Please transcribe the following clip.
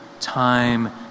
time